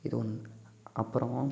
இது ஒன்று அப்புறம்